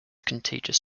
contagious